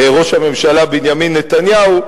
ראש הממשלה בנימין נתניהו,